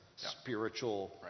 Spiritual